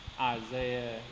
Isaiah